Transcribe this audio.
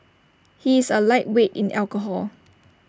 he is A lightweight in alcohol